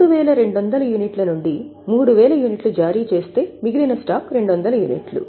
3200 యూనిట్ల నుంచి 3000 యూనిట్లు జారీ చేస్తే మిగిలిన స్టాక్ 200 యూనిట్లు